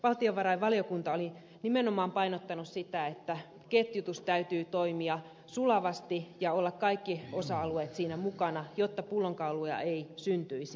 valtiovarainvaliokunta oli nimenomaan painottanut sitä että ketjutuksen täytyy toimia sulavasti ja kaikkien osa alueiden on oltava siinä mukana jotta pullonkauloja ei syntyisi